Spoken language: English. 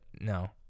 no